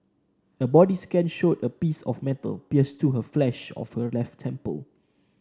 a body scan showed a small piece of metal pierced through the flesh of her left temple